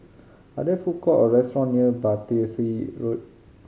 are there food courts or restaurants near Battersea Road